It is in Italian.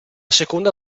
seconda